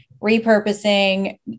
repurposing